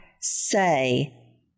say